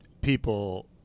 people